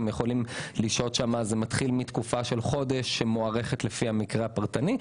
זה מתחיל מתקופה של חודש שמוארכת לפי המקרה הפרטני.